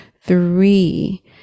three